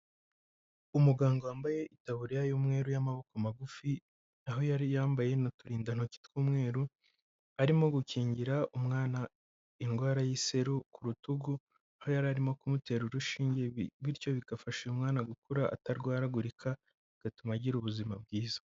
Umuganga wambaye itaburiya y'umweru y'amaboko magufi, aho yari yambaye n'uturindantoki tw'umweru; arimo gukingira umwana indwara y'iseru ku rutugu, aho yari arimo kumutera urushinge; bityo bigafasha umwana gukura atarwaragurika, bigatuma agira ubuzima bwiza.